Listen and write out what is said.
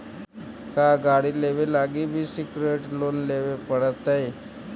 का गाड़ी लेबे लागी भी सेक्योर्ड लोन लेबे पड़तई?